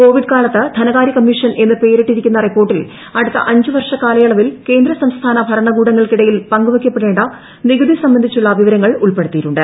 Covid കാലത്ത് ധനകാര്യ commission എന്ന് പേരിട്ടിരിക്കുന്ന റിപ്പോർട്ടിൽ അടുത്ത അഞ്ചു വർഷക്കാലയളവിൽ കേന്ദ്ര സംസ്ഥാന ഭരണകൂടങ്ങൾക്കിടയിൽ പങ്കുവയ്ക്കപ്പെടേണ്ട നികുതി സംബന്ധിച്ച വിവരങ്ങൾ ഉൾപ്പെടുത്തിയിട്ടുണ്ട്